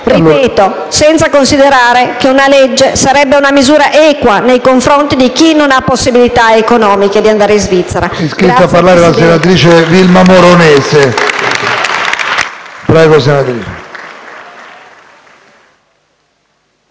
vita, senza considerare - lo ripeto - che una legge sarebbe una misura equa nei confronti di chi non ha possibilità economiche di andare in Svizzera.